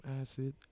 acid